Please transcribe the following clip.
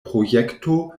projekto